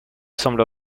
semble